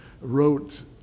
wrote